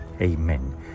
Amen